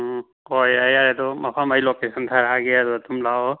ꯎꯝ ꯑꯣ ꯌꯥꯔꯦ ꯌꯥꯔꯦ ꯑꯗꯣ ꯃꯐꯝ ꯑꯩ ꯂꯣꯀꯦꯁꯟ ꯊꯥꯔꯛꯑꯒꯦ ꯑꯗꯨꯗ ꯑꯗꯨꯝ ꯂꯥꯛꯑꯣ